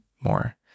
more